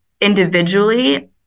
Individually